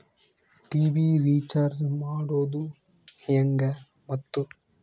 TV recharge ಮಾಡೋದು ಹೆಂಗ ಮತ್ತು?